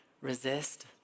resist